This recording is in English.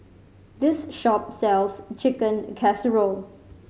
this shop sells Chicken Casserole